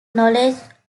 knowledge